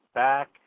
back